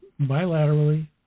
bilaterally